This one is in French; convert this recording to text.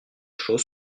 choses